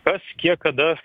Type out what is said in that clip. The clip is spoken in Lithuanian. kas kiek kada